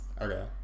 okay